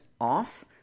off